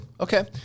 Okay